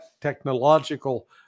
technological